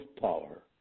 power